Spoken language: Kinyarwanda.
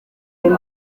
ubu